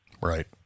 Right